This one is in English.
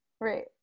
Right